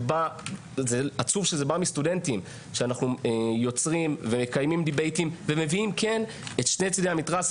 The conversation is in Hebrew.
שבו אנחנו מקיימים דיבייטינג ומביאים את שני צדי המתרס.